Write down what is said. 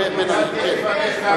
ובן-ארי.